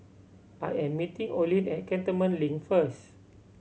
I am meeting Olene at Cantonment Link first